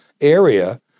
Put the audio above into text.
area